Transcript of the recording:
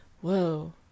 whoa